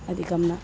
अधिका न